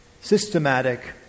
Systematic